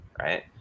right